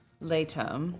later